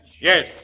Yes